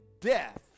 death